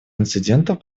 инцидентов